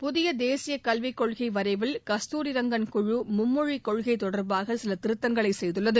புதிய தேசிய கல்விக் கொள்கை வரைவில் கஸ்தாரிரங்கன் குழு மும்மொழி கொள்கை தொடர்பாக சில திருத்தங்களை செய்துள்ளது